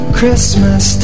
Christmas